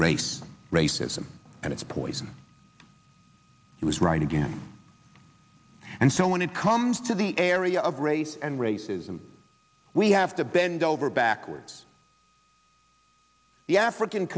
race racism and it's poison he was right again and so when it comes to the area of race and racism we have to bend over backwards the african